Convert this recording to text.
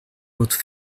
votre